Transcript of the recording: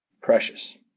precious